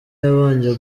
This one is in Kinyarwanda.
yabanje